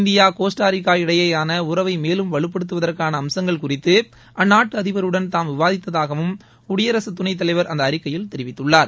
India Costa Rica இடையேயான உறவை மேலும் வலுப்படுத்துவதற்கான அம்சங்கள் குறித்து அந்நாட்டு அதிபருடன் தாம் விவாதித்தாகவும் குடியரசுத் துனைத்தலைவர் அந்த அறிக்கையில் தெரிவித்துள்ளார்